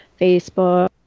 Facebook